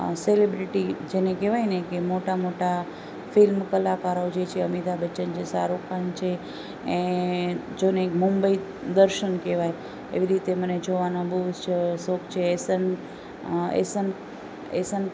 celebrity જેને કેવાયને કે મોટા મોટા ફિલ્મ કલાકારો જે છે અમિતાભ બચ્ચન છે શાહરૂખ ખાન છે એ જોને એક મુંબઈ દર્શન કહેવાય એવી રીતે મને જોવાના બહુ જ શોખ છે એસન એસન એસન